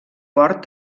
port